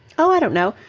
oh, i don't know.